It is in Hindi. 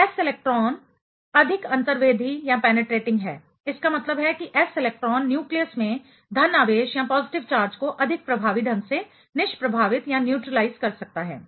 तो s इलेक्ट्रॉन अधिक अंतर्वेधी पेनिट्रेटिंग है इसका मतलब है कि s इलेक्ट्रॉन न्यूक्लियस में धन आवेश को अधिक प्रभावी ढंग से निष्प्रभावित न्यूट्रीलाइज कर सकता है